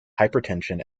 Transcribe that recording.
hypertension